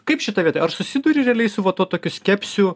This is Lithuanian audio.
kaip šita vieta ar susiduri realiai su vat tokiu skepsiu